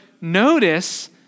notice